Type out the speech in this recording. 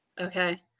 Okay